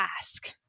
ask